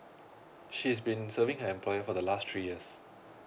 she has been serving her employer for the last three years